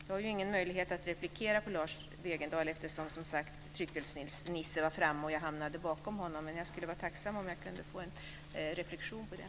Jag har ingen möjlighet att replikera på Lars Wegendal eftersom tryckfelsnisse som sagt var framme och jag hamnade efter Lars Wegendal på talarlistan. Men jag skulle vara tacksam om jag kunde få en reflexion på det.